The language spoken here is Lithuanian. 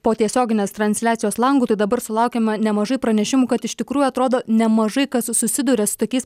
po tiesioginės transliacijos langu tai dabar sulaukėme nemažai pranešimų kad iš tikrųjų atrodo nemažai kas susiduria su tokiais